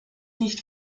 nicht